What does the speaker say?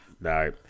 No